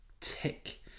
tick